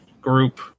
group